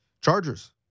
Chargers